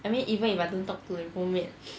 I mean even if I don't talk to the roommate